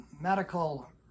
medical